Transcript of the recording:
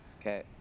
Okay